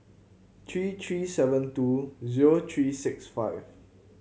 three three seven two zero three six five